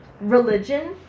Religion